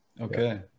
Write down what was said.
Okay